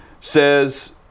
says